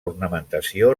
ornamentació